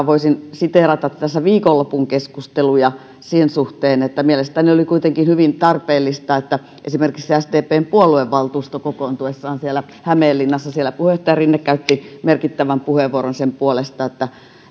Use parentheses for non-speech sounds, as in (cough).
(unintelligible) voisin tässä siteerata viikonlopun keskusteluja sen suhteen että mielestäni oli kuitenkin hyvin tarpeellista että esimerkiksi sdpn puoluevaltuuston kokoontuessa hämeenlinnassa puheenjohtaja rinne käytti merkittävän puheenvuoron sen puolesta että